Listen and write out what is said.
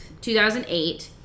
2008